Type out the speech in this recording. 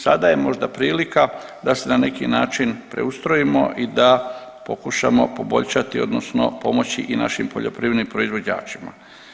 Sada je možda prilika da se na neki način preustrojimo i da pokušamo poboljšati odnosno pomoći i našim poljoprivrednim proizvođačima.